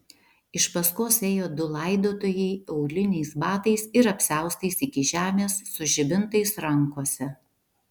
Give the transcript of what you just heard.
iš paskos ėjo du laidotojai auliniais batais ir apsiaustais iki žemės su žibintais rankose